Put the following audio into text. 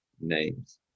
names